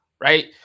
right